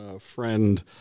friend